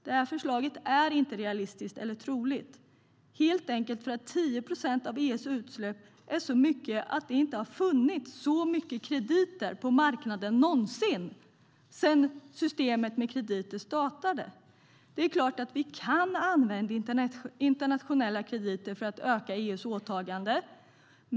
Detta förslag är inte realistiskt eller troligt, helt enkelt för att 10 procent av EU:s utsläpp är så mycket att det inte har funnits så mycket krediter på marknaden någonsin sedan systemet med sådana krediter startade. Det är klart att vi kan använda internationella krediter för att öka EU:s åtagande.